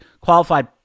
qualified